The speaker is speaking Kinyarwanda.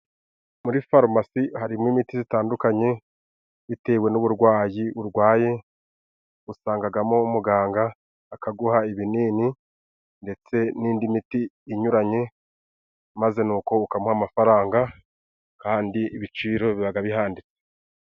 Muri farumasi harimo imiti zitandukanye bitewe n'uburwayi urwaye. Usangagamo umuganga akaguha ibinini ndetse n'indi miti inyuranye, maze nuko ukamuha amafaranga. Kandi ibiciro bibaga bihanditse.